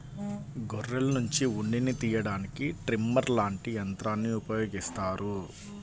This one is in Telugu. గొర్రెల్నుంచి ఉన్నిని తియ్యడానికి ట్రిమ్మర్ లాంటి యంత్రాల్ని ఉపయోగిత్తారు